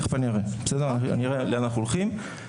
תיכף אראה לאן אנחנו הולכים.